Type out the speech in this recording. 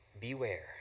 beware